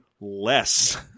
less